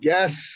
Yes